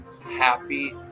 happy